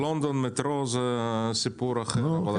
זה סיפור אחר.